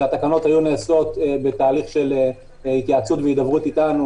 שהתקנות היו נעשות בתהליך של התייעצות והידברות איתנו,